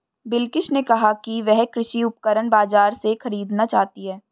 बिलकिश ने कहा कि वह कृषि उपकरण बाजार से खरीदना चाहती है